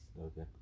okay